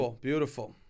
Beautiful